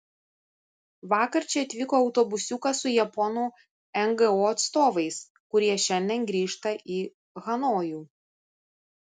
vakar čia atvyko autobusiukas su japonų ngo atstovais kurie šiandien grįžta į hanojų